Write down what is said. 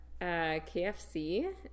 KFC